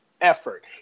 Effort